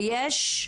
ומי שצריך לתת את